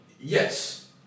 yes